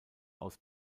aus